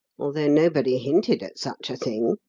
although nobody hinted at such a thing.